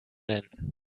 nennen